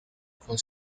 con